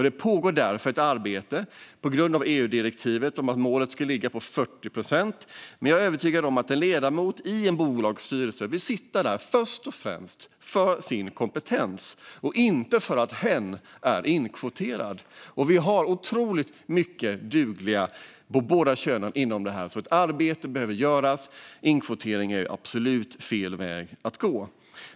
Det pågår ett arbete på grund av EU-direktivet att målet ska ligga på 40 procent, men jag är övertygad om att en ledamot i en bolagsstyrelse vill sitta där först och främst tack vare sin kompetens och inte för att hen är inkvoterad. Det finns otroligt många dugliga personer av båda könen inom det här området. Ett arbete behöver göras, men inkvotering är absolut fel väg att gå.